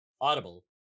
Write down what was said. Audible